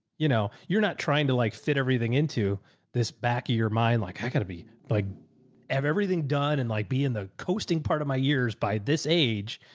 you know, you're not trying to like fit everything into this back of your mind. like, i gotta be like everything done and like be in the coasting part of my years, by this age,